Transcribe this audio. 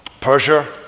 Persia